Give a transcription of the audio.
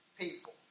people